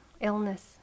illness